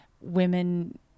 women